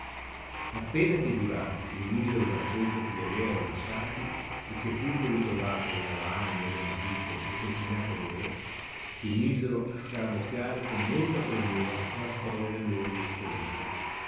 appena che i giurati si rimisero dal colpo che li avea rovesciati e che furono ritrovate le lavagne e le matite e consegnate loro si misero a scarabocchiare con molta premura la storia del loro ruzzolone